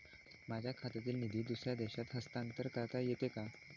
माझ्या खात्यातील निधी दुसऱ्या देशात हस्तांतर करता येते का?